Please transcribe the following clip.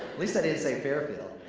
least i didn't say fairfield.